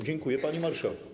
Dziękuję, panie marszałku.